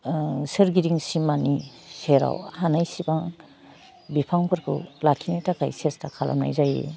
ओह सोरगिदिं सिमानि सेराव हानाय सिबां बिफांफोरखौ लाखिनो थाखाइ सेस्था खालामनाय जायो